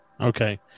Okay